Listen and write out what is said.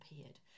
appeared